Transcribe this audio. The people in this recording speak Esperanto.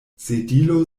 sedilo